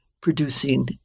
producing